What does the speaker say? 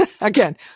again